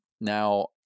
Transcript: now